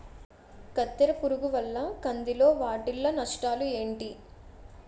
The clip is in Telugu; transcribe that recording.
కత్తెర పురుగు వల్ల కంది లో వాటిల్ల నష్టాలు ఏంటి